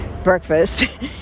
breakfast